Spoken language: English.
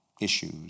issues